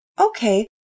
okay